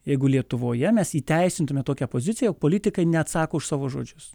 jeigu lietuvoje mes įteisintumėme tokią poziciją politikai neatsako už savo žodžius